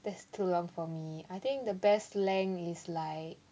that's too long for me I think the best length is like